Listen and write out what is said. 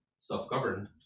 self-governed